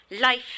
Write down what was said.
life